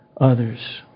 others